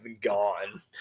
gone